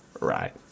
Right